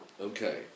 Okay